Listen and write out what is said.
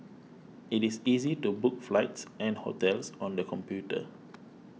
it is easy to book flights and hotels on the computer